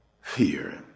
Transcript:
fear